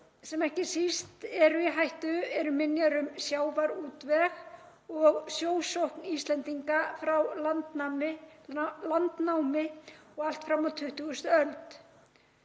sem ekki síst eru í hættu eru minjar um sjávarútveg og sjósókn Íslendinga frá landnámi og allt fram á 20. öld.